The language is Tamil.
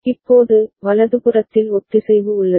இப்போது வலதுபுறத்தில் ஒத்திசைவு உள்ளது